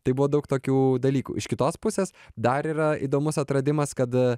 tai buvo daug tokių dalykų iš kitos pusės dar yra įdomus atradimas kad